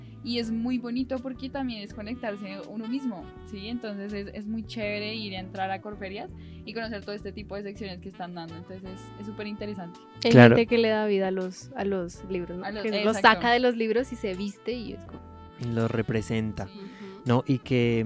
y es muy bonito porque también es conectarse uno mismo, ¿sí? Entonces es- es muy chévere ir a entrar a Corferias y conocer todo este tipo de secciones que están dando, entonces es- es superinteresante. Hay Claro. gente que le da vida a los- a los libros, ¿no? A los- Que los exacto. saca de los libros y se viste y es como- Y los representa, Sí. Ujú. ¿no? Y que-